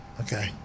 Okay